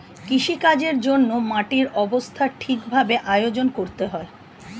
কৃষিকাজের জন্যে মাটির অবস্থা ঠিক ভাবে আয়োজন করতে হয়